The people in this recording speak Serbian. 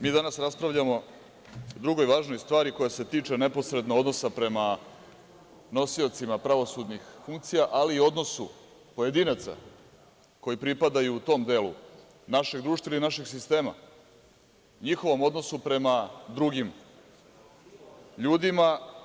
Mi danas raspravljamo o drugoj važnoj stvari koja se tiče neposredno odnosa prema nosiocima pravosudnih funkcija, ali i odnosu pojedinaca koji pripadaju tom delu našeg društva i našeg sistema, njihovom odnosu prema drugim ljudima.